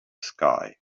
sky